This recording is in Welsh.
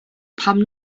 pam